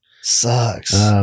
Sucks